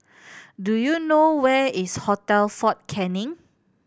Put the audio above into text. do you know where is Hotel Fort Canning